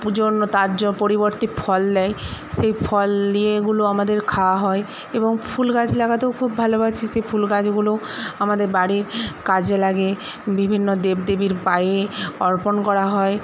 জন্য তার জ পরিবর্তে ফল দেয় সেই ফল দিয়ে এগুলো আমাদের খাওয়া হয় এবং ফুলগাছ লাগাতেও খুব ভালোবাসি সেই ফুলগাছগুলো আমাদের বাড়ির কাজে লাগে বিভিন্ন দেবদেবীর পায়ে অর্পণ করা হয়